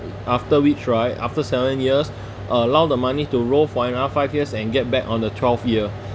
after we try after seven years uh allow the money to roll for another five years and get back on the twelfth year